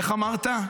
איך אמרת?